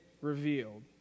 revealed